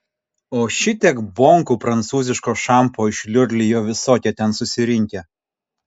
o šitiek bonkų prancūziško šampo išliurlijo visokie ten susirinkę